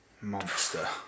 Monster